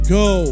go